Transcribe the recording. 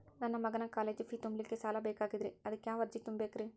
ನನ್ನ ಮಗನ college fee ತುಂಬಲಿಕ್ಕೆ ಸಾಲ ಬೇಕಾಗೆದ್ರಿ ಅದಕ್ಯಾವ ಅರ್ಜಿ ತುಂಬೇಕ್ರಿ?